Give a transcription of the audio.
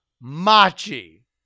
Machi